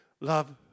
love